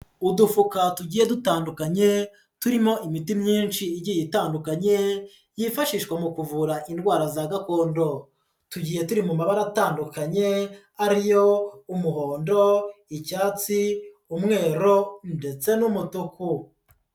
Udufuka tugiye dutandukanye turimo imiti myinshi igiye itandukanye, yifashishwa mu kuvura indwara za gakondo, tugiye turi mu mabara atandukanye ariyo umuhondo, icyatsi, umweru ndetse n'umutuku.